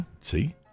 see